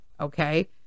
Okay